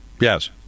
Yes